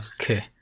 Okay